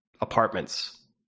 apartments